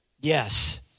Yes